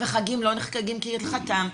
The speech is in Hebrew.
וחגים לא נחגגים כהלכתם.